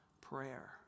prayer